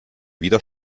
wieder